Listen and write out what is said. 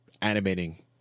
animating